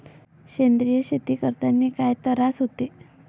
सेंद्रिय शेती करतांनी काय तरास होते?